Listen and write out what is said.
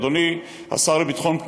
אדוני שר הביטחון,